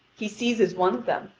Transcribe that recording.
he seizes one of them,